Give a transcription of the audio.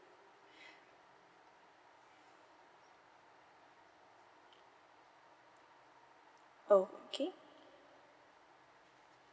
okay